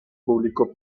público